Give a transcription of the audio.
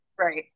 Right